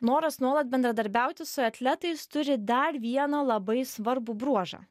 noras nuolat bendradarbiauti su atletais turi dar vieną labai svarbų bruožą